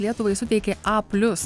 lietuvai suteikė a plius